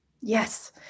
Yes